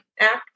act